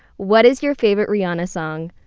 what is your favorite rihanna song?